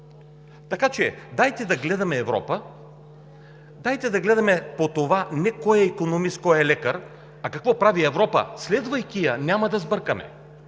сега. Дайте да гледаме Европа, дайте да гледаме по това не кой е икономист, кой е лекар, а какво прави Европа. Следвайки я, няма да сбъркаме.